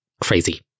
crazy